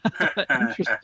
Interesting